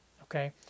okay